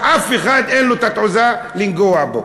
שאף אחד אין לו התעוזה לנגוע בו.